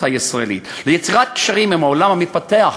הישראלית ליצירת קשרים עם העולם המתפתח,